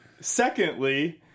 Secondly